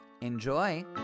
enjoy